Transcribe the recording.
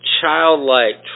childlike